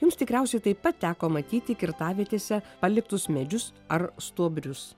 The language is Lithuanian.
jums tikriausiai taip pat teko matyti kirtavietėse paliktus medžius ar stuobrius